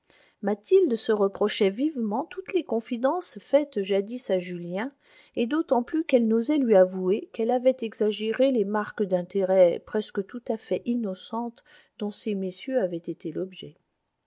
mathilde se reprochait vivement toutes les confidences faites jadis à julien et d'autant plus qu'elle n'osait lui avouer qu'elle avait exagéré les marques d'intérêt presque tout à fait innocentes dont ces messieurs avaient été l'objet